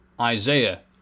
Isaiah